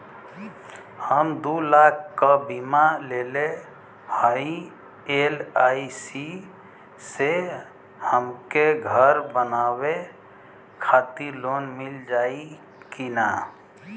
हम दूलाख क बीमा लेले हई एल.आई.सी से हमके घर बनवावे खातिर लोन मिल जाई कि ना?